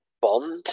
bond